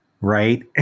right